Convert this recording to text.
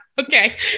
okay